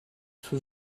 für